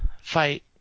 fight